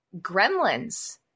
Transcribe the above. Gremlins